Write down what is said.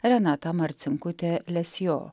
renata marcinkutė lesjo